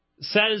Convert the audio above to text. says